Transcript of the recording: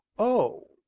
oh!